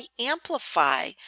amplify